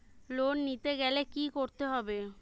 Loan নিতে গেলে কি করতে হবে?